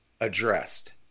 addressed